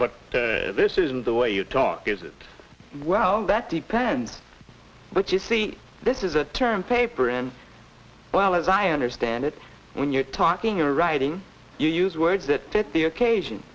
but this isn't the way you talk is it well that depends what you see this is a term paper in well as i understand it when you're talking or writing you use words that fit the occasion